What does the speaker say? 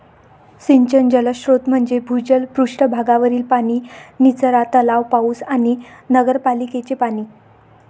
सिंचन जलस्रोत म्हणजे भूजल, पृष्ठ भागावरील पाणी, निचरा तलाव, पाऊस आणि नगरपालिकेचे पाणी